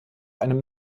einem